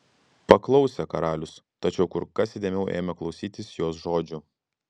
paklausė karalius tačiau kur kas įdėmiau ėmė klausytis jos žodžių